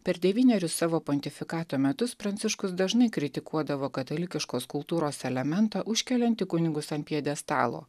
per devynerius savo pontifikato metus pranciškus dažnai kritikuodavo katalikiškos kultūros elementą užkeliantį kunigus ant pjedestalo